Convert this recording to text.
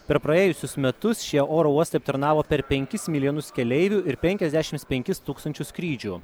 per praėjusius metus šie oro uostai aptarnavo per penkis milijonus keleivių ir penkiasdešims penkis tūkstančius skrydžių